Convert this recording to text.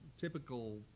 typical